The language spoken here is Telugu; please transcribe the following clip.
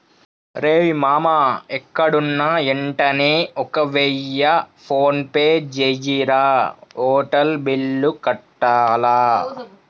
రేయ్ మామా ఎక్కడున్నా యెంటనే ఒక వెయ్య ఫోన్పే జెయ్యిరా, హోటల్ బిల్లు కట్టాల